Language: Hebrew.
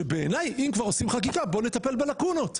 שבעיניי אם כבר עושים חקיקה בוא נטפל בלקונות,